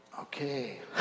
Okay